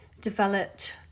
developed